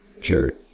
sure